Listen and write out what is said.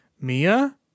Mia